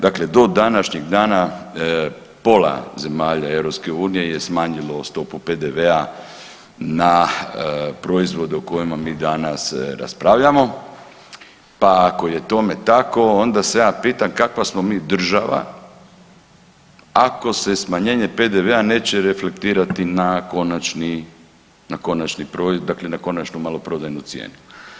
Dakle, do današnjeg dana pola zemalja EU je smanjilo stopu PDV-a na proizvode o kojima mi danas raspravljamo, pa ako je tome tako onda se ja pitam kakva smo mi država ako se smanjenje PDV-a neće reflektirati na konačni broj, dakle na konačnu maloprodajnu cijenu.